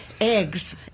Eggs